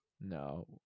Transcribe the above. No